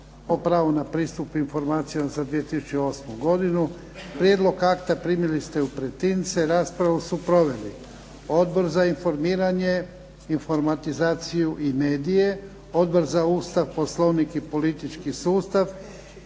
o pravu na pristup informacijama za 2008. godinu. Prijedlog akta primili ste u pretince. Raspravu su proveli Odbor za informiranje, informatizaciju i medije, Odbor za Ustav, Poslovnik i politički sustav.